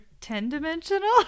ten-dimensional